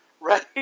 right